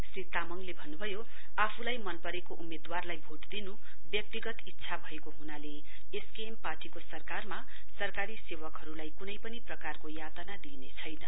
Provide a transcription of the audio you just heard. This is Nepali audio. श्री तामङले भन्नुभयो आफूलाई मनपरेको उम्मेदवारली भोट दिनु व्यक्तिगत इच्छा भएको हुनाले एसकेएण पार्टीको सरकारमा सरकारी सेवकहरुलाई कुनै पनि प्रकारको अत्याचर गरिने छैन